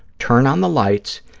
turn on the lights,